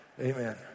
Amen